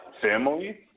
family